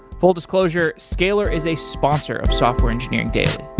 full disclosure, scalyr is a sponsor of software engineering daily.